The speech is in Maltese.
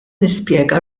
nispjega